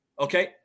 okay